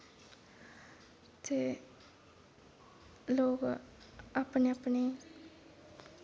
ते लोग अपने अपने